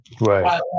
Right